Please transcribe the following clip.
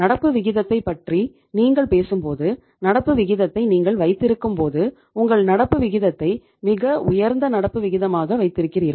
நடப்பு விகிதத்தைப் பற்றி நீங்கள் பேசும்போது நடப்பு விகிதத்தை நீங்கள் வைத்திருக்கும்போது உங்கள் நடப்பு விகிதத்தை மிக உயர்ந்த நடப்பு விகிதமாக வைத்திருக்கிறீர்கள்